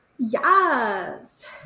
Yes